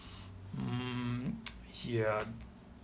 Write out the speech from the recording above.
mm ya